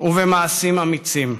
ובמעשים אמיצים.